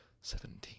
Seventeen